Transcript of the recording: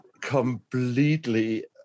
completely